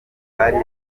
hari